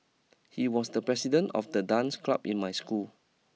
he was the president of the dance club in my school